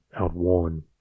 outworn